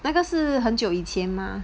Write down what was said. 那个是很久以前吗